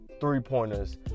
three-pointers